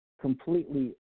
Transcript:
completely